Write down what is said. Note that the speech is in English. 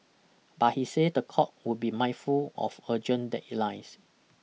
but he say the court would be mindful of urgent deadlines